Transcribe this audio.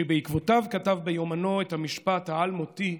ובעקבותיו כתב ביומנו את המשפט האלמותי: